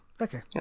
Okay